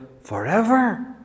forever